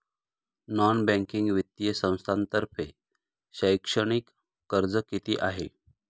Non banking वित्तीय संस्थांतर्फे शैक्षणिक कर्ज किती आहे?